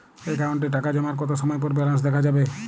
অ্যাকাউন্টে টাকা জমার কতো সময় পর ব্যালেন্স দেখা যাবে?